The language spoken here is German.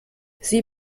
sie